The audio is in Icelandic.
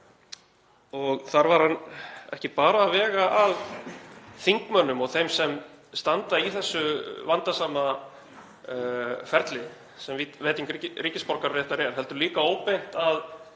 Þar var hann ekki bara að vega að þingmönnum og þeim sem standa í þessu vandasama ferli sem veiting ríkisborgararéttar er heldur líka óbeint að